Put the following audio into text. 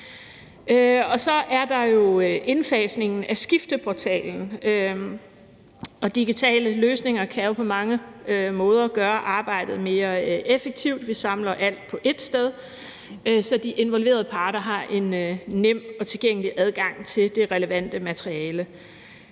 Så er der indfasningen af skifteportalen, og digitale løsninger kan jo på mange måder gøre arbejdet mere effektivt. Vi samler alt på ét sted, så de involverede parter har en nem og tilgængelig adgang til det relevante materiale.